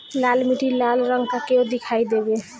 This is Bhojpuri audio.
लाल मीट्टी लाल रंग का क्यो दीखाई देबे?